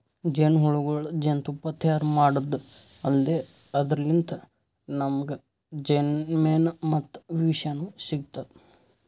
ಜೇನಹುಳಗೊಳ್ ಜೇನ್ತುಪ್ಪಾ ತೈಯಾರ್ ಮಾಡದ್ದ್ ಅಲ್ದೆ ಅದರ್ಲಿನ್ತ್ ನಮ್ಗ್ ಜೇನ್ಮೆಣ ಮತ್ತ್ ವಿಷನೂ ಸಿಗ್ತದ್